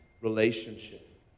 relationship